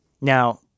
Now